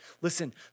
Listen